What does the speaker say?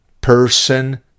person